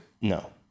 No